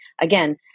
again